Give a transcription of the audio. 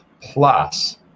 plus